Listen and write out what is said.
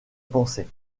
pensée